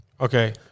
okay